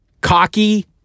cocky